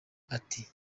ati